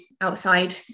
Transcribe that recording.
outside